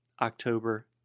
October